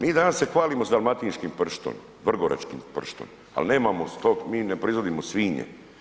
Mi danas se hvalimo s dalmatinskim pršutom, vrgoračkim pršutom, ali nemamo stoku, mi ne proizvodimo svinje.